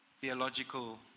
theological